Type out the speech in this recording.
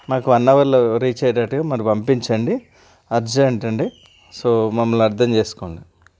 మాకు వన్ అవర్లో రీచ్ అయ్యేటట్టుగా మరి పంపించండి అర్జెంట్ అండి సో మమ్మల్ని అర్థం చేసుకోండి